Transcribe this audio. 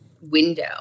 window